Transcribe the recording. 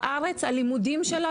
בארץ הלימודים שלה,